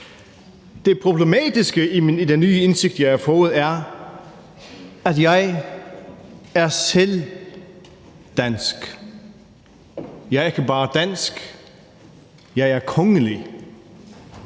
Det problematiske i den nye indsigt, jeg har fået, er, at jeg selv er dansk. Jeg er ikke bare dansk; jeg er kongelig.